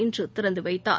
இன்றுதிறந்துவைத்தார்